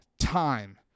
time